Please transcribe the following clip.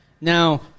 Now